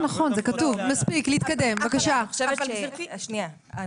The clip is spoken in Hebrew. כן, זה כתוב.